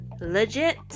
legit